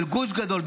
של גוש גדול,